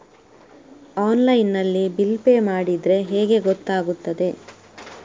Online ನಲ್ಲಿ bill pay ಮಾಡಿದ್ರೆ ಹೇಗೆ ಗೊತ್ತಾಗುತ್ತದೆ?